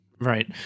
right